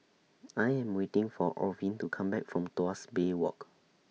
I Am waiting For Orvin to Come Back from Tuas Bay Walk